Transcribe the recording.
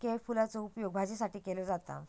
केळफुलाचो उपयोग भाजीसाठी केलो जाता